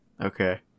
Okay